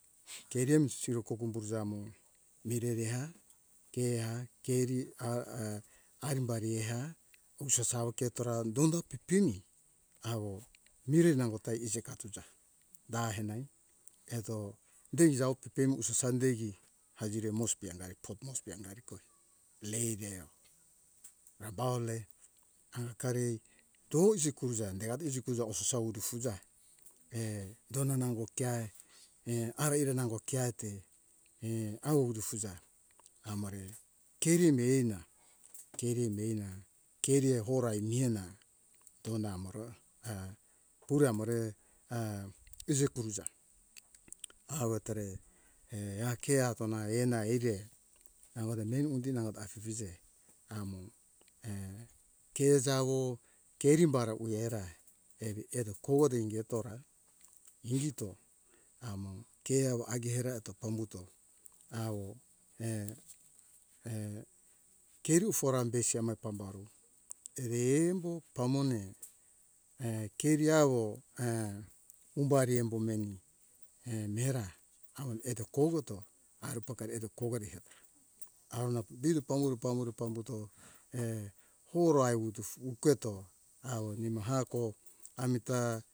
Keremi siro kogombu zamo mirere ha ke ha keri a arimibari ha usosa awo ketora donda pepemi awo mire nangota ise katuja da anain eto dai jawo pepemu usasa dehi hagire moresby hangari koe lae de rabaul de hakari doizi kuza degadi izi kuza hosasou utufuza dona nango keae aire nango keaete auwo ufufuza amare kerimbe hena kerimbe hena kerea horai mihena donda amoro a pure amore a izi kuruza awotore hea keatona ena eire awada menu undi nangota afije amo ke jawo kerim bara uwera evi eto kogote ingetora ingito amo ke awa hagiera eto pambuto awo kerufora besi amore pambaru eri embo pamone keriawo umbari embo meni mehera awo eto kogoto aru pokari eto kouwari awona bito pambuto pambuto horoai wutu keto awo nimo hako amita.